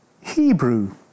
Hebrew